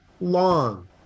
long